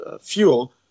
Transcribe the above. fuel